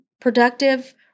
productive